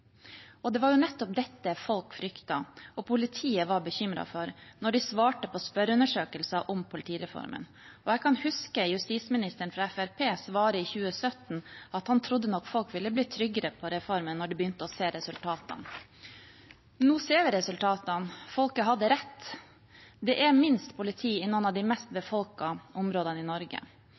Det var nettopp dette folk fryktet og politiet var bekymret for da de svarte på spørreundersøkelsen om politireformen. Jeg kan huske at justisministeren fra Fremskrittspartiet svarte i 2017 at han trodde nok folk ville bli tryggere på reformen når de begynte å se resultatene. Nå ser vi resultatene. Folket hadde rett. Det er minst politi i noen av de tettest befolkede områdene i Norge.